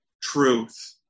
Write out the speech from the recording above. truth